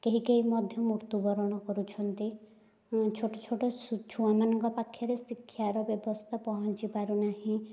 କେହି କେହି ମଧ୍ୟ ମୃତ୍ୟୁବରଣ କରୁଛନ୍ତି ଛୋଟ ଛୋଟ ଛୁଆମାନଙ୍କ ପାଖରେ ଶିକ୍ଷାର ବ୍ୟବସ୍ଥା ପହଞ୍ଚି ପାରୁନାହିଁ